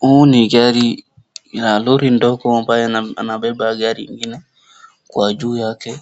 Hii ni gari ya lori ndogo ambayo inabeba gari ingine kwa juu yake,